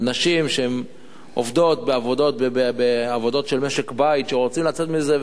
על נשים שעובדות בעבודות של משק-בית ורוצות לצאת מזה,